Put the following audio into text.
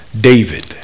David